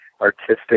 artistic